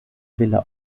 villa